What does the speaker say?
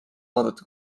vaadata